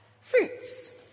fruits